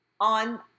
On